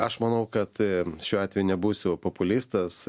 aš manau kad šiuo atveju nebūsiu populistas